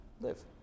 Live